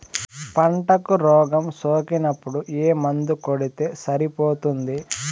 పంటకు రోగం సోకినపుడు ఏ మందు కొడితే సరిపోతుంది?